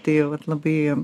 tai vat labai